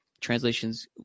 translations